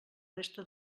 resta